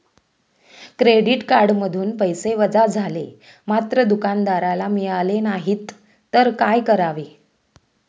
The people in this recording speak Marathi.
क्रेडिट कार्डमधून पैसे वजा झाले मात्र दुकानदाराला मिळाले नाहीत तर काय करावे?